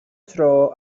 tro